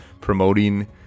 promoting